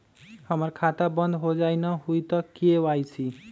हमर खाता बंद होजाई न हुई त के.वाई.सी?